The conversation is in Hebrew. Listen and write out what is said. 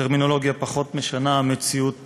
הטרמינולוגיה פחות משנה, המציאות